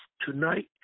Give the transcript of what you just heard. tonight